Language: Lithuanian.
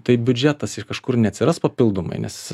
tai biudžetas iš kažkur neatsiras papildomai nes